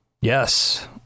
Yes